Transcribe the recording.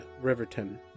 riverton